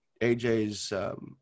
AJ's